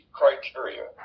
criteria